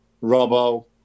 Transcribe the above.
Robo